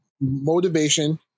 motivation